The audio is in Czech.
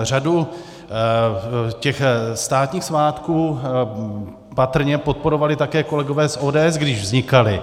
Řadu těch státních svátků patrně podporovali také kolegové z ODS, když vznikaly.